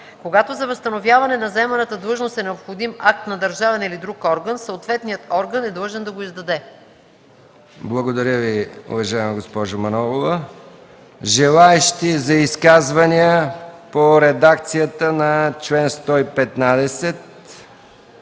Когато за възстановяване на заеманата длъжност е необходим акт на държавен или друг орган, съответният орган е длъжен да го издаде.” ПРЕДСЕДАТЕЛ МИХАИЛ МИКОВ: Желаещи за изказвания по редакцията на чл. 115,